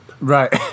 Right